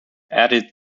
added